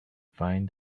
find